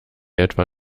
etwa